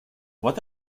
what